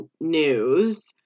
news